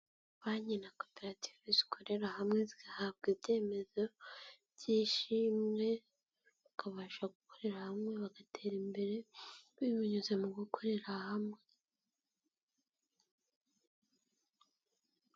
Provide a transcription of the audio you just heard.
Banki na koperative zikorera hamwe zigahabwa ibyemezo by'ishimwe, bakabasha gukorera hamwe bagatera imbere, binyuze mu gukorera hamwe.